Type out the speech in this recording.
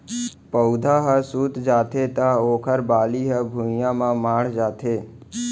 पउधा ह सूत जाथे त ओखर बाली ह भुइंया म माढ़ जाथे